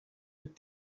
with